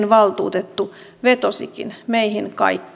valtuutettu vetosikin meihin kaikkiin suomi